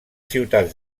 ciutats